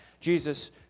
Jesus